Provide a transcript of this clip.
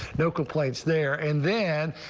no complaints there. and then,